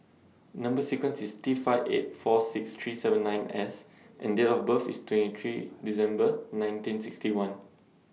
Number sequence IS T five eight four six three seven nine S and Date of birth IS twenty three December nineteen sixty one